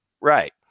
Right